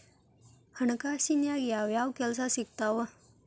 ಹಣಕಾಸಿನ್ಯಾಗ ಯಾವ್ಯಾವ್ ಕೆಲ್ಸ ಸಿಕ್ತಾವ